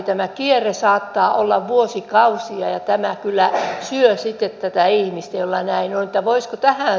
tämä kierre saattaa olla vuosikausia ja tämä kyllä syö sitten tätä ihmistä jolla näin on